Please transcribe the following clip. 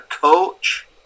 coach